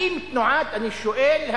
אני שואל,